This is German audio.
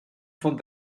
von